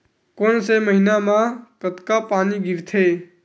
कोन से महीना म कतका पानी गिरथे?